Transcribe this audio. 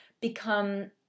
become